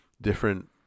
different